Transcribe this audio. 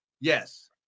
Yes